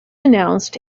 announced